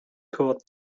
caught